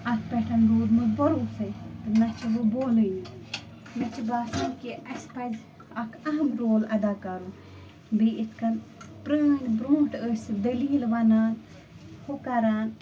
اَتھ پٮ۪ٹھ روٗدمُت بروٗسَے نَہ چھِ ہُہ بولٲنی مےٚ چھُ باسان کہِ اَسہِ پزِ اکھ اہم رول ادا کَرُن بیٚیہِ یِتھ کٔنۍ پرٛٲنۍ برٛونٹھ ٲسۍ دٔلیٖل وَنان ہُہ کَران